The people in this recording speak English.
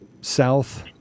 South